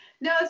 No